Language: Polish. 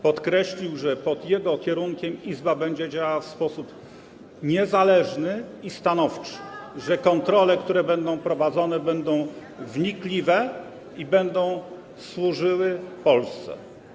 Podkreślił, że pod jego kierunkiem Izba będzie działała w sposób niezależny i stanowczy, [[Poruszenie na sali]] że kontrole, które będą prowadzone, będą wnikliwe i będą służyły Polsce.